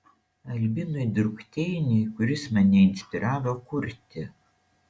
albinui drukteiniui kuris mane inspiravo kurti